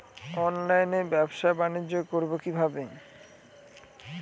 অনলাইনে ব্যবসা বানিজ্য করব কিভাবে?